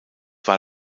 war